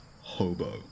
hobo